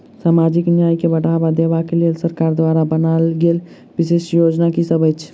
सामाजिक न्याय केँ बढ़ाबा देबा केँ लेल सरकार द्वारा बनावल गेल विशिष्ट योजना की सब अछि?